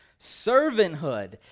Servanthood